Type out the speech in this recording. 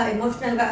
Emotional